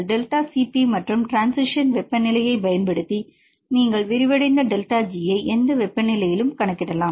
delta Cp மற்றும் ட்ரான்சிசின் வெப்பநிலையைப் பயன்படுத்தி நீங்கள் விரிவடைந்த டெல்டா G யை எந்த வெப்பநிலையிலும் கணக்கிடலாம்